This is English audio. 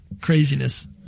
craziness